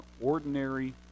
ordinary